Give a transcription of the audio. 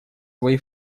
свои